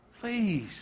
Please